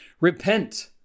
repent